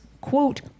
quote